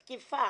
תקיפה...